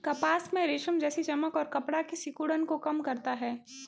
कपास में रेशम जैसी चमक और कपड़ा की सिकुड़न को कम करता है